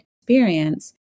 experience